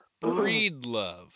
Breedlove